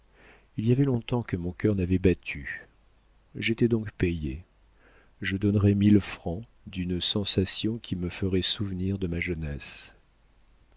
il y avait longtemps que mon cœur n'avait battu j'étais donc déjà payé je donnerais mille francs d'une sensation qui me ferait souvenir de ma jeunesse